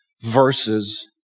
verses